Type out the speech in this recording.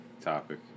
topic